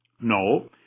No